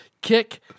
Kick